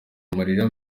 amarira